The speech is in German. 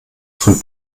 von